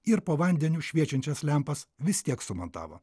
ir po vandeniu šviečiančias lempas vis tiek sumontavo